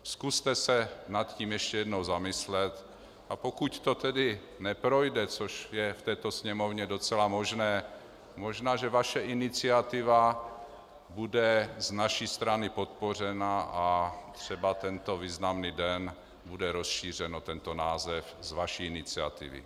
Zkuste se nad tím ještě jednou zamyslet, a pokud to tedy neprojde, což je v této Sněmovně docela možná, možná že vaše iniciativa bude z naší strany podpořena a třeba tento významný den bude rozšířen o tento název z vaší iniciativy.